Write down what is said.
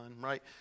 right